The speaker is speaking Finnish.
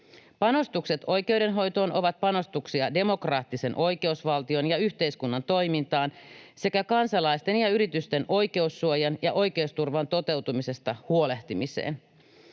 Panostukset oikeudenhoitoon ovat panostuksia demokraattisen oikeusvaltion ja yhteiskunnan toimintaan sekä kansalaisten ja yritysten oikeussuojan ja oikeusturvan toteutumisesta huolehtimiseen.